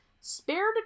spared